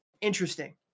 Interesting